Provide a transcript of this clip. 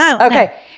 Okay